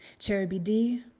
cherub-bee-dee,